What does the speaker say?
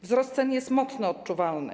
Wzrost cen jest mocno odczuwalny.